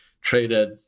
traded